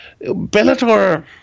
Bellator